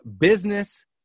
business